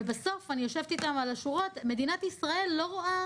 ובסוף אני יושבת איתם על השורות ומדינת ישראל לא רואה